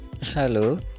Hello